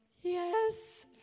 yes